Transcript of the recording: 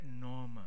normal